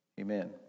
Amen